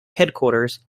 headquarters